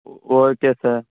okay sir